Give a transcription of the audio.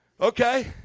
Okay